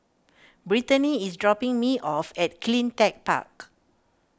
Britany is dropping me off at CleanTech Park